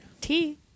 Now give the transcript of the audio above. Tea